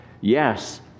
yes